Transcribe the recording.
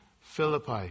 Philippi